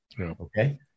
Okay